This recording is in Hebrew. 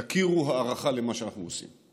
תכירו, הערכה למה שאנחנו עושים.